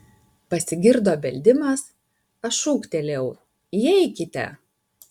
pasigirdo beldimas aš šūktelėjau įeikite